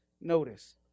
notice